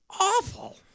awful